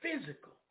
physical